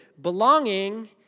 Belonging